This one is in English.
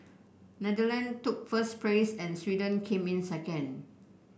Netherlands took first place and Sweden came in second